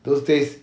those days